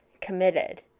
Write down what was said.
committed